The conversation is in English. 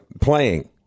playing